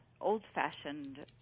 old-fashioned